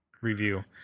review